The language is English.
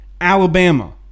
Alabama